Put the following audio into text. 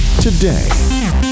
today